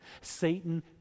Satan